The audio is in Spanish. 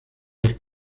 los